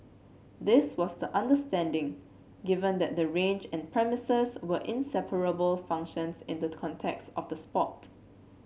this was the understanding given that the range and the premises were inseparable functions in the context of the sport